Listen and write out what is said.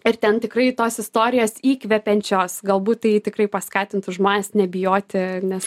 ir ten tikrai tos istorijos įkvepiančios galbūt tai tikrai paskatintų žmones nebijoti nes